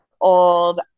old